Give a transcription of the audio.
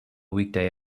weekday